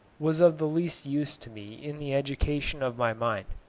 was of the least use to me in the education of my mind.